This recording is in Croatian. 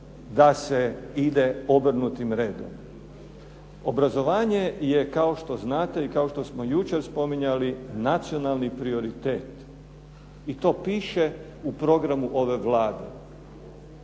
da se ide obrnutim redom. Obrazovanje je, kao što znate i kao što smo jučer spominjali, nacionalni prioritet i to piše u programu ove Vlade.